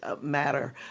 Matter